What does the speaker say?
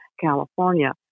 California